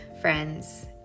friends